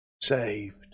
saved